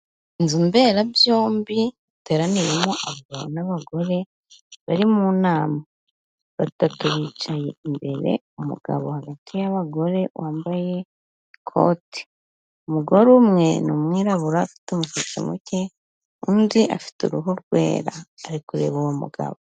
Inzu mberabyombi yateraniyemo abagabo n'abagore bari mu nama, batatu bicaye imbere umugabo hagati y'abagore wambaye ikote, umugore umwe ni umwirabura ufite umusatsi muke, undi afite uruhu rwera ari kureba uwo mugabo.